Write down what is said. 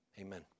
Amen